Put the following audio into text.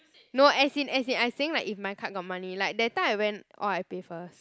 no as in as in I saying like if my card got money like that time I went all I pay first